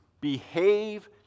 behave